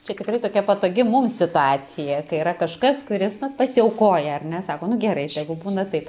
čia tikrai tokia patogi mums situacija kai yra kažkas kuris pasiaukoja ar ne sako nu gerai tegu būna taip